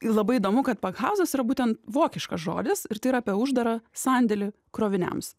labai įdomu kad pakhauzas yra būtent vokiškas žodis ir tik apie uždarą sandėlį kroviniams